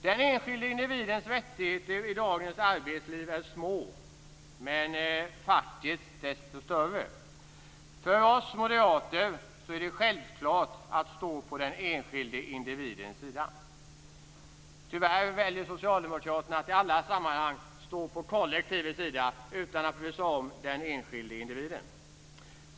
Den enskilde individens rättigheter i dagens arbetsliv är små, medan fackets rättigheter är desto större. För oss moderater är det en självklarhet att stå på den enskilde individens sida. Tyvärr väljer Socialdemokraterna i alla sammanhang att stå på kollektivets sida utan att bry sig om den enskilde individen.